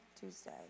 Tuesday